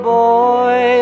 boy